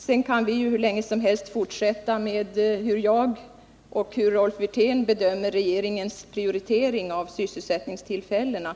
Sedan kan vi hur länge som helst fortsätta att diskutera hur jag och hur Rolf Wirtén bedömer regeringens prioritering av sysselsättningstillfällena.